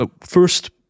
First